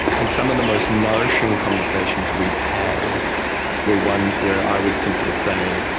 and some of the most nourishing conversations we'd have were ones where i would simply say,